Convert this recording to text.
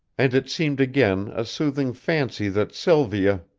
and it seemed again a soothing fancy that sylvia